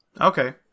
Okay